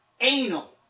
anal